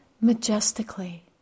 majestically